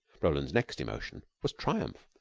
roland's next emotion was triumph.